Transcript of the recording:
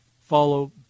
follow